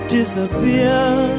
disappear